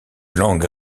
langue